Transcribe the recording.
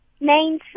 Main